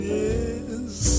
yes